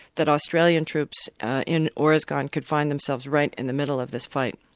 that australian troops in oruzgan could find themselves right in the middle of this fight.